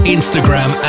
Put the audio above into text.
Instagram